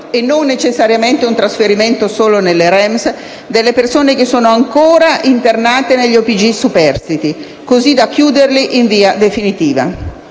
e non necessariamente solo per un trasferimento nelle REMS - delle persone ancora internate negli OPG superstiti, così da chiuderli in via definitiva;